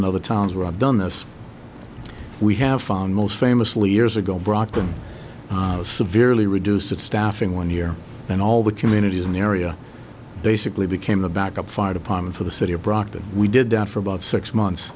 in other towns where i've done this we have found most famously years ago brought them severely reduced staffing one year and all the communities in the area basically became the backup fire department for the city of brockton we did that for about six months